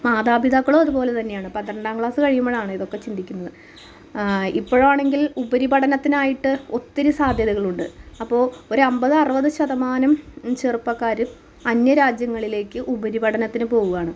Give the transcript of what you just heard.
മാതാ പിതാക്കളും അതു പോലെതന്നെയാണ് പന്ത്രണ്ടാം ക്ലാസ്സ് കഴിയുമ്പോഴാണ് ഇതൊക്കെ ചിന്തിക്കുന്നത് ഇപ്പോഴാണെങ്കിൽ ഉപരി പഠനത്തിനായിട്ട് ഒത്തിരി സാധ്യതകളുണ്ട് അപ്പോൾ ഒരമ്പത് അറുപത് ശതമാനം ചെറുപ്പക്കാരും അന്യ രാജ്യങ്ങളിലേക്ക് ഉപരി പഠനത്തിന് പോകുവാണ്